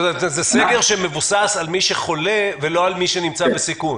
כלומר זה סגר שמבוסס על מי שחולה ולא על מי שנמצא בסיכון.